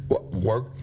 work